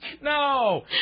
no